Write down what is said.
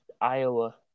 Iowa